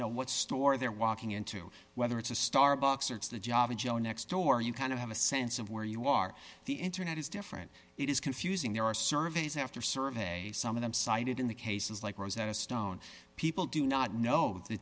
know what store they're walking into whether it's a starbucks or it's the java joe next door you kind of have a sense of where you are the internet is different it is confusing there are surveys after survey some of them cited in the cases like rosetta stone people do not know the